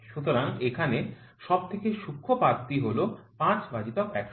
সুতরাং এখানে সবথেকে সূক্ষ্ম পাতা টি হল ৫ ভাজিতক ১০০